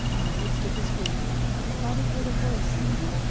in the midst of his grief he thought he heard a voice singing,